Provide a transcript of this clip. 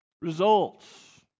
results